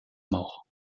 mort